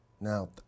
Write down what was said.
Now